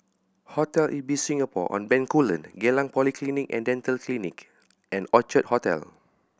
Hotel Ibis Singapore On Bencoolen Geylang Polyclinic And Dental Clinic and Orchard Hotel